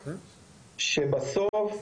כשבסוף,